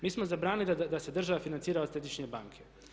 Mi smo zabranili da se država financira od središnje banke.